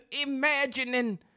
imagining